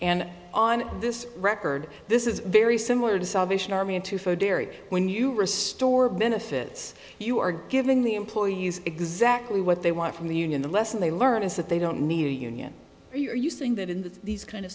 and on this record this is very similar to salvation army into for derry when you restore benefits you are giving the employees exactly what they want from the union the lesson they learn is that they don't need a union are you saying that in the these kind of